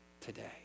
today